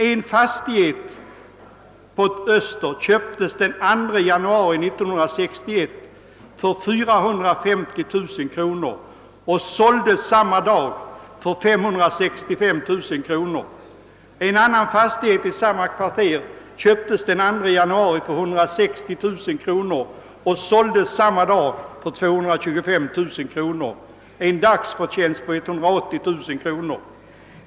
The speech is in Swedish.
En fastighet på Öster köptes den 2 januari 1961 för 450 000 kronor och såldes samma dag för 565 000 kronor. En annan fastighet i samma kvarter köptes den 2 januari för 160 000 kronor och såldes samma dag för 225 000 kronor. Sammanlagt blev det dagsförtjänst på 180 000 kronor!